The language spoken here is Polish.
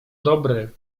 dobry